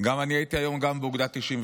גם אני הייתי היום, גם באוגדה 98,